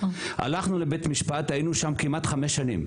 הלכנו לבית משפט, היינו שם כמעט חמש שנים.